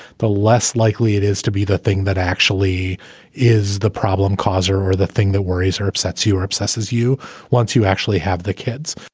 the less likely it is to be the thing that actually is the problem causer or the thing that worries or upsets are obsessed as you once you actually have the kids,